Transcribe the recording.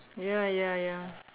ya ya ya